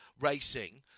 racing